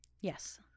Yes